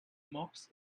mops